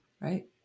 right